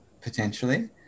potentially